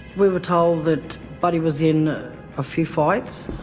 we were told that buddy was in a few fights.